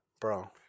bro